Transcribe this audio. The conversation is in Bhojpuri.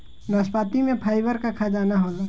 नाशपाती में फाइबर के खजाना होला